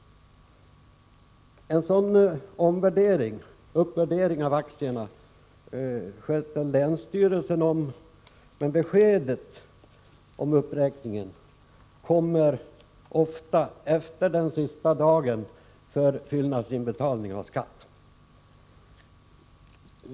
En sådan uppvärdering av aktierna sköter länsstyrelsen om, men beskedet om uppräkningen kommer ofta efter den sista dagen för fyllnadsinbetalning av skatt.